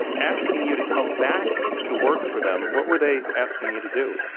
asking you to come back to work for them. what were they asking you to do?